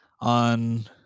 on